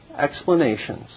explanations